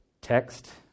text